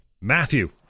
Matthew